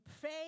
pray